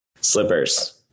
Slippers